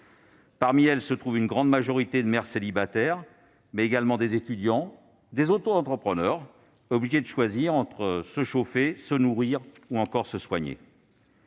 Parmi elles se trouvent une grande majorité de mères célibataires, mais également des étudiants et des autoentrepreneurs, contraints de choisir entre se chauffer, se nourrir ou se soigner.